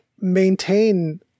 maintain